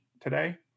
today